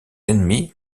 ennemis